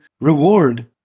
reward